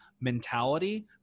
mentality